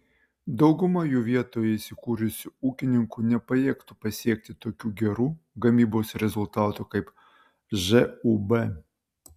dauguma jų vietoje įsikūrusių ūkininkų nepajėgtų pasiekti tokių gerų gamybos rezultatų kaip žūb